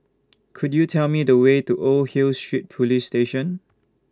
Could YOU Tell Me The Way to Old Hill Street Police Station